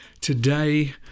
Today